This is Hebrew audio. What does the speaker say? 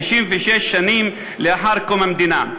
66 שנים לאחר קום המדינה.